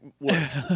works